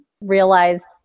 realized